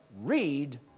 read